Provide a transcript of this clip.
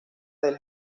del